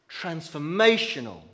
transformational